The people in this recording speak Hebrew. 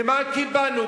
ומה קיבלנו?